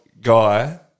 guy